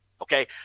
Okay